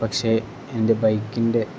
പക്ഷേ എൻ്റെ ബൈക്കിൻ്റെ